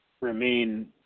remain